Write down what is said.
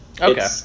okay